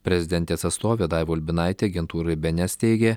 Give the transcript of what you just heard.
prezidentės atstovė daiva ulbinaitė agentūrai bė en es teigė